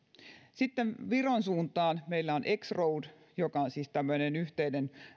sitten viron suuntaan meillä on kymmenen road joka on siis tämmöinen yhteinen